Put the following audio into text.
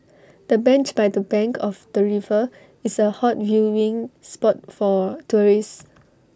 the bench by the bank of the river is A hot viewing spot for tourists